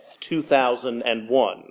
2001